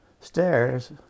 stairs